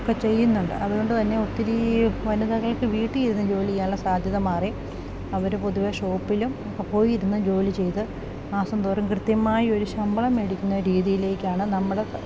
ഒക്കെ ചെയ്യുന്നുണ്ട് അതുകൊണ്ട് തന്നെ ഒത്തിരി വനിതകൾക്ക് വീട്ടിലിരുന്ന് ജോലി ചെയ്യാനുള്ള സാധ്യത മാറി അവര് പൊതുവേ ഷോപ്പിലും പോയിരുന്നു ജോലി ചെയ്ത് മാസംന്തോറും കൃത്യമായൊരു ശമ്പളം മേടിക്കുന്ന രീതിയിലേക്കാണ് നമ്മുടെ